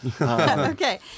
Okay